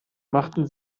machten